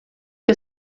que